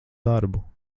darbu